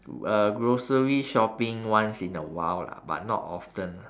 uh grocery shopping once in a while lah but not often ah